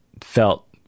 felt